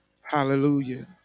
Hallelujah